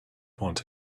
want